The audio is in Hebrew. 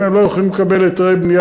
אם הם לא יכולים לקבל היתרי בנייה,